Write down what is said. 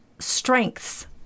strengths